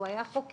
הוא היה חוקר,